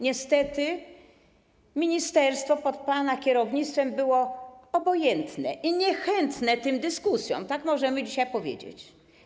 Niestety ministerstwo pod pana kierownictwem było obojętne i niechętne tym dyskusjom, tak możemy dzisiaj powiedzieć.